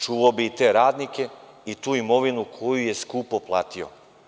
Čuvao bi i te radnike i tu imovinu koju je skupo platio.